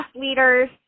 leaders